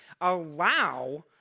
allow